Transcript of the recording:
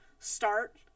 start